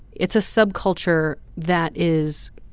it's a subculture that is